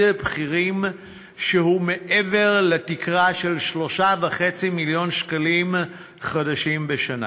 בכירים שהוא מעבר לתקרה של 3.5 מיליון שקלים חדשים בשנה.